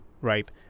right